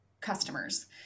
customers